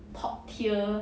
top tier